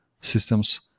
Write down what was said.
systems